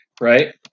Right